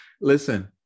listen